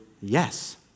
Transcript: yes